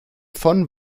von